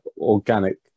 organic